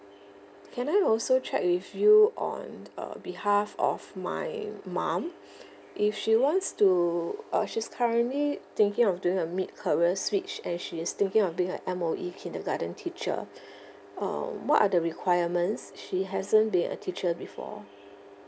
can I also check with you on uh behalf of my mum if she wants to uh she's currently thinking of doing a mid career switch and she is thinking of being a M_O_E kindergarten teacher um what are the requirements she hasn't been a teacher before